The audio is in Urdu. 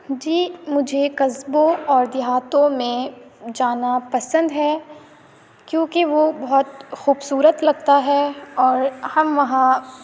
جی مجھے قصبوں اور دیہاتوں میں جانا پسند ہے کیونکہ وہ بہت خوبصورت لگتا ہے اور ہم وہاں